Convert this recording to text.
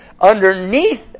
underneath